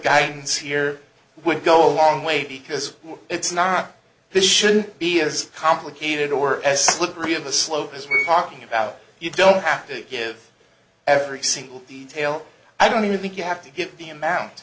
guidance here would go a long way because it's not this should be as complicated or as slippery of a slope as we're talking about you don't have to give every single detail i don't you think you have to get the amount